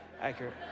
accurate